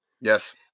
Yes